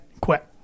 quit